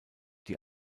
die